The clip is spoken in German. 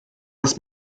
das